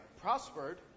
prospered